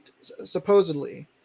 supposedly